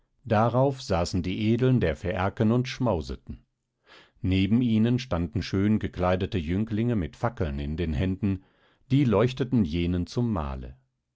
darauf saßen die edeln der phäaken und schmauseten neben ihnen standen schön gekleidete jünglinge mit fackeln in den händen die leuchteten jenen zum mahle